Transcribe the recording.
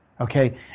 okay